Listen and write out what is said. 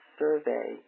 survey